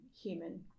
human